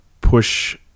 push